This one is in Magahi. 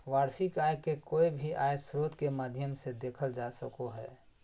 वार्षिक आय के कोय भी आय स्रोत के माध्यम से देखल जा सको हय